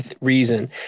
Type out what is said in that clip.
reason